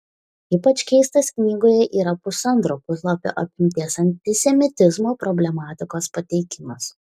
ypač keistas knygoje yra pusantro puslapio apimties antisemitizmo problematikos pateikimas